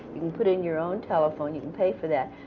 you can put in your own telephone. you can pay for that.